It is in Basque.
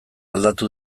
aldatu